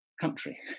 country